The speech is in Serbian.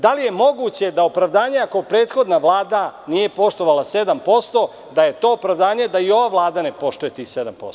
Da li je moguće da opravdanje ako prethodna Vlada nije poštovala 7%, da je to opravdanje da i ova Vlada ne poštuje tih 7%